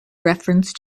reference